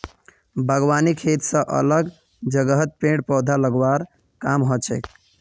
बागवानी खेत स अलग जगहत पेड़ पौधा लगव्वार काम हछेक